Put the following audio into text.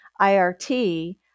IRT